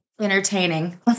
entertaining